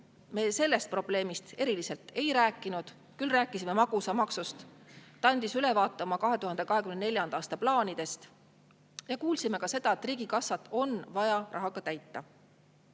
Me sellest probleemist eriti ei rääkinud, küll rääkisime magusamaksust. Ta andis ülevaate oma 2024. aasta plaanidest ja kuulsime ka seda, et riigikassat on vaja rahaga täita.